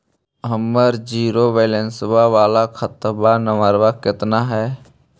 हमर zero balance बाला खाता नम्बर कितना है?